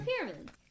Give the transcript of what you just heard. pyramids